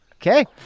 Okay